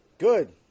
Good